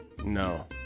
No